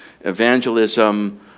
evangelism